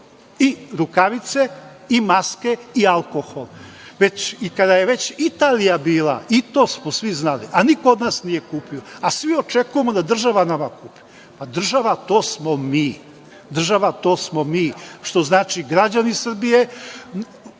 i rukavice i maske i alkohol? Kada je već Italija bila, i to smo svi znali, a niko od nas nije kupio, a svi očekujemo da država nama kupi. Pa, država, to smo mi. Država, to smo mi, što znači građani Srbije.